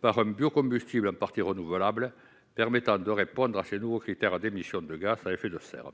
par un biocombustible en partie renouvelable permettant de répondre à ces nouveaux critères d'émissions de gaz à effet de serre.